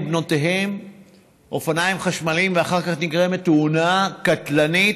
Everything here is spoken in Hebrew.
לבנותיהם אופניים חשמליים ואחר כך נגרמת תאונה קטלנית,